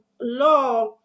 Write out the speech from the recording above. law